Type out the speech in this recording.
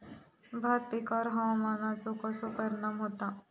भात पिकांर हवामानाचो कसो परिणाम होता?